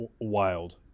wild